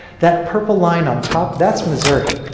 that purple line on top, that's missouri.